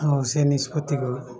ଆଉ ସେ ନିଷ୍ପତିକୁ